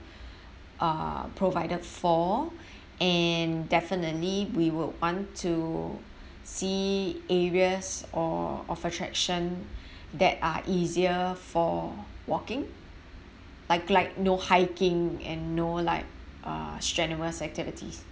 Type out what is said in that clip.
uh provided for and definitely we will want to see areas or of attraction that are easier for walking like like no hiking and no like uh strenuous activities